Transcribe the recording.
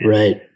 right